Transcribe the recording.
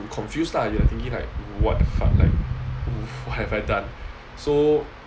you confused lah you are thinking like what the fuck what have I done so